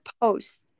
post